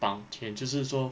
boun~ 就是说